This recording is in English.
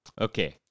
Okay